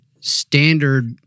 standard